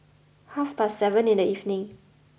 half past seven in the evening